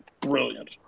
Brilliant